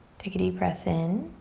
take a deep breath in